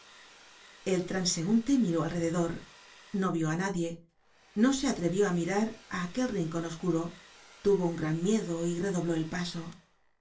el transeunte miró alrededor no vió á nadie no se atrevió á mirar á aquel rincon oscuro tuvo un gran miedo y redobló el paso